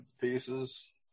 pieces